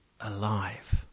alive